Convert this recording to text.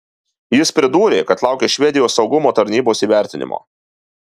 jis pridūrė kad laukia švedijos saugumo tarnybos įvertinimo